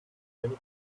many